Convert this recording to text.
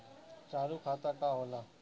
चालू खाता का होला?